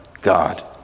God